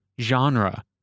genre